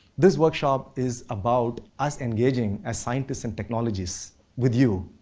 this workshop is about us engaging as scientists and technologists with you,